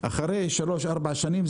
אחרי שלוש-ארבע שנים,